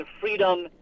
freedom